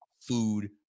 food